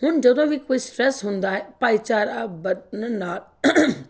ਹੁਣ ਜਦੋਂ ਵੀ ਕੋਈ ਸਟਰੈੱਸ ਹੁੰਦਾ ਹੈ ਭਾਈਚਾਰਾ ਵਧਣ ਨਾਲ